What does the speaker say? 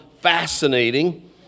fascinating